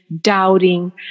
doubting